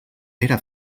era